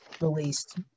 released